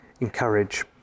encourage